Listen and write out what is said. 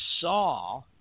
saw